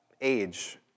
age